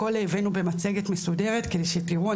הכול הבאנו במצגת מסודרת כדי שתראו,